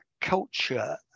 culture